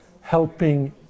helping